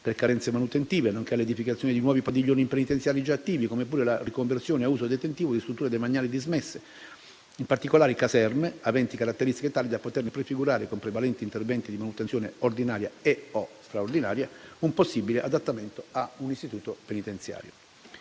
per carenze manutentive, nonché all'edificazione di nuovi padiglioni penitenziari già attivi, come pure la riconversione a uso detentivo di strutture demaniali dismesse, in particolare caserme, aventi caratteristiche tali da poterne prefigurare, con prevalenti interventi di manutenzione ordinaria e/o straordinaria, un possibile adattamento a istituto penitenziario.